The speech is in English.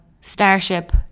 Starship